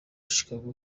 chicago